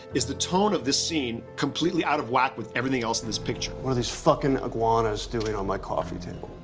is the tone of this scene completely out of wack with everything else in this picture what are these fucking iguanas doing on my coffee table?